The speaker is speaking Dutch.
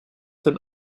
ten